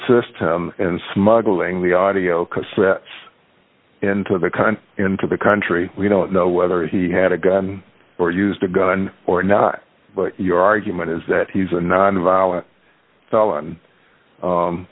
system and smuggling the audio cassettes into the kind into the country we don't know whether he had a gun or used a gun or not but your argument is that he's a non violent fel